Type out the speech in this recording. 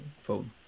phone